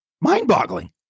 mind-boggling